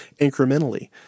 incrementally